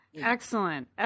excellent